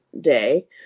day